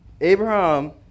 Abraham